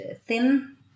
thin